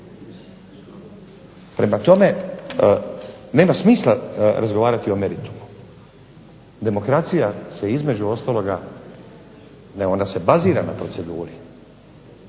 Prema tome, nema smisla razgovarati o meritumu. Demokracija se između ostaloga ne ona se bazira na proceduri,